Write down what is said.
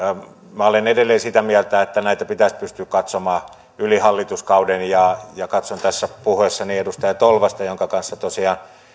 minä olen edelleen sitä mieltä että näitä pitäisi pystyä katsomaan yli hallituskauden katson tässä puhuessani edustaja tolvasta jonka kanssa tosiaan